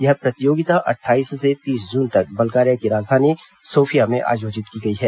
यह प्रतियोगिता अट्ठाईस से तीस जून तक बल्गारिया की राजधानी सोफिया में आयोजित की गई है